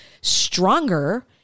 stronger